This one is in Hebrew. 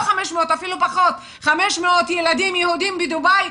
500 ילדים יהודים בדובאי,